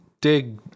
dig